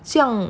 这样